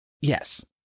Yes